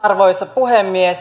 arvoisa puhemies